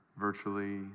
virtually